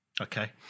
okay